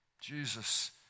Jesus